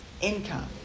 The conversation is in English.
income